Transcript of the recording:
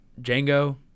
Django